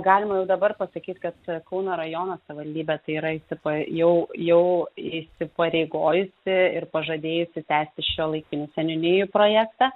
galima jau dabar pasakyt kad kauno rajono savaldybė tai yra įsipa jau jau įsipareigojusi ir pažadėjusi tęsti šiuolaikinių seniūnijų projektą